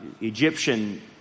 Egyptian